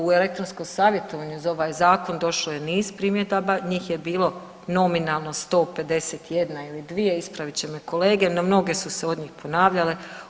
U elektronskom savjetovanju za ovaj zakon došlo je niz primjedaba, njih je bilo nominalno 151 ili 2 ispravit će me kolege, no mnoge su se od njih ponavljale.